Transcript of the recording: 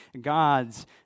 God's